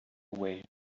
away